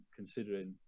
considering